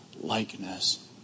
likeness